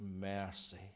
mercy